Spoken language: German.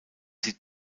sie